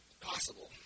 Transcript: possible